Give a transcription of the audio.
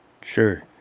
Sure